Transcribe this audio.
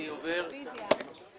אני עובר למסתננים.